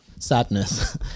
sadness